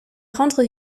rendre